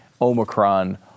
Omicron